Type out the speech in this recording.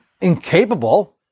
incapable